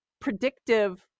predictive